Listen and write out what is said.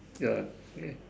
ya